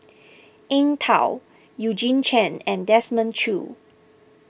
Eng Tow Eugene Chen and Desmond Choo